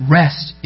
rest